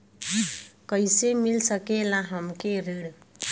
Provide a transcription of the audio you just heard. कइसे मिल सकेला हमके ऋण?